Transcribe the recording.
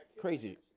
crazy